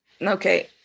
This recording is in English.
okay